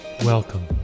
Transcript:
Welcome